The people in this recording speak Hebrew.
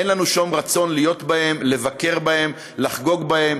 אין לנו שום רצון להיות בהן, לבקר בהן, לחגוג בהן.